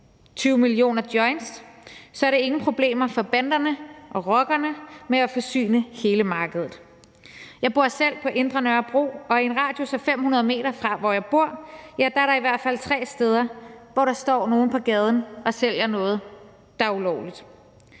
20 millioner joints – har banderne og rockerne ingen problemer med at forsyne hele markedet. Jeg bor selv på indre Nørrebro, og i en radius af 500 m fra, hvor jeg bor, er der i hvert fald tre steder, hvor der står nogen på gaden og sælger noget, der er ulovligt.